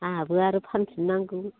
आहाबो आरो फानफिन नांगौ